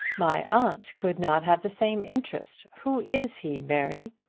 my aunt could not have the same interest. who is he, mary?